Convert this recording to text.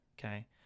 Okay